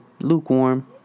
lukewarm